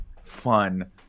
fun